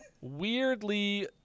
Weirdly